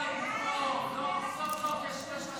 חוק ומשפט נתקבלה.